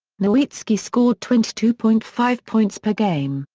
nowitzki scored twenty two point five points per game,